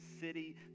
city